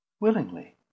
Willingly